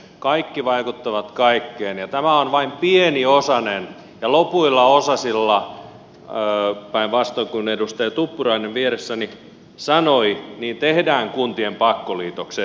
kaikki vaikuttavat kaikkeen ja tämä on vain pieni osanen ja lopuilla osasilla päinvastoin kuin edustaja tuppurainen vieressäni sanoi tehdään kuntien pakkoliitokset